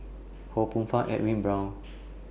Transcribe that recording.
Ho Poh Fun Edwin Brown